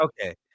okay